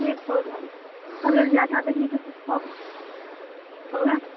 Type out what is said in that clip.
एक पौधा अगर ज़्यादा लेंगे तो डिस्काउंट होगा न